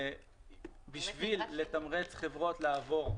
וכדי לתמרץ חברות לעבור,